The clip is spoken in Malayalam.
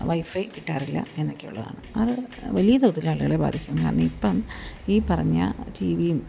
വൈഫൈ കിട്ടാറില്ല എന്നൊക്കെ ഉള്ളതാണ് അത് വലിയ തോതിൽ ആളുകളെ ബാധിക്കുന്നതാണ് ഇപ്പം ഈ പറഞ്ഞ ടിവിയും